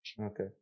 Okay